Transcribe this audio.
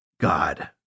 God